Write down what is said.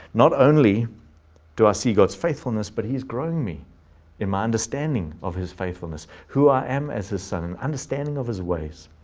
not only do i see god's faithfulness, but he's grown me in my understanding of his faithfulness, who i am as his son and understanding of his ways.